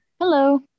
Hello